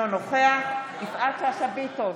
אינו נוכח יפעת שאשא ביטון,